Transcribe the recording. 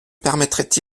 permettrait